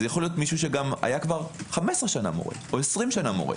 אולי זה מישהו שהיה 15, 20 שנה מורה.